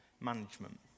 management